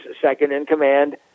second-in-command